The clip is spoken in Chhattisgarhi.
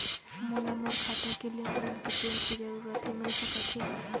मोला मोर खाता के लेन देन के प्रिंट के जरूरत हे मिल सकत हे का?